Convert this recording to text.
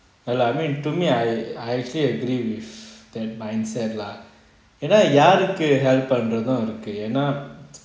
I mean to me I I actually agree with that mindset lah and என்ன யாருக்கு:enna yaaruku help பண்றோம் ரத்தம் இருக்கு என்ன:panrom rathum iruku enna